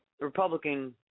Republican